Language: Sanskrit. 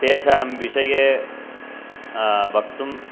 तेषां विषये वक्तुं